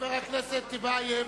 חבר הכנסת טיבייב,